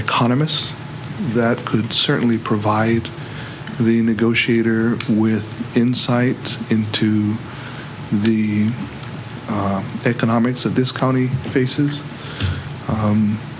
economists that could certainly provide the negotiator with insight into the economics of this county faces